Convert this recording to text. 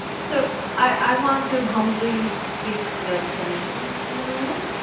so i want to humbly speak for the clinicians in the room.